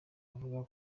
avuga